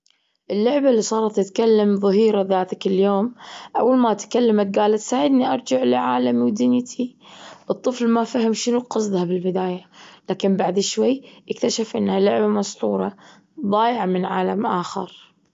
اللعبة اللي صارت تتكلم ظهيرة ذاتك اليوم، أول ما تكلمت جالت ساعدني أرجع لعالمي ودنيتي. الطفل ما فهم شنو قصدها بالبداية لكن بعد شوي اكتشف إنها لعبة مسحورة ضايعة من عالم آخر.